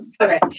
Okay